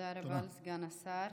תודה רבה לסגן השר.